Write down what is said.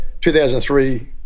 2003